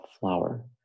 flower